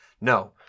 No